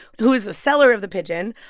who is the seller of the pigeon.